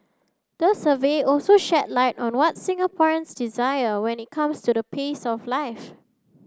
the survey also shed light on what Singaporeans desire when it comes to the pace of life